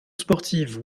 sportive